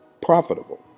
profitable